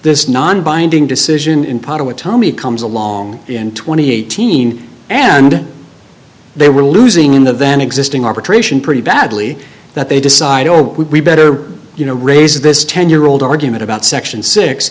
this non binding decision in part of what tommy comes along in two thousand and eighteen and they were losing in the van existing arbitration pretty badly that they decide oh we better you know raise this ten year old argument about section six